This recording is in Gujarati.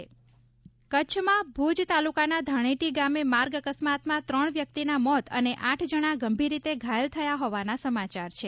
ભૂજ અકસ્માત કચ્છમાં ભૂજ તાલુકાના ધાર્ણેટી ગામે માર્ગ અકસ્માતમાં ત્રણ વ્યક્તિના મોત અને આઠ જણ ગંભીર રીતે ઘાયલ થયા હોવાના સમાચાર છે